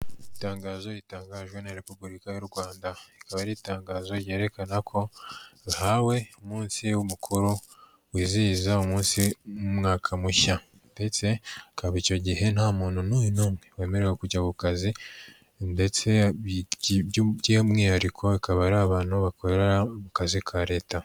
Itangazo ritangajwe na repubulika y'u Rwanda rikaba ari itangazo ryerekana ko bahawe umunsi mukuru wizihiza umwaka mushya ndetse hakaba icyo gihe nta muntu n'umwe wemerewe kujya ku kazi ndetse by'umwihariko akaba ari abantu bakorera mu kazi ka leta.